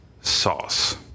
sauce